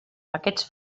aquests